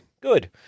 Good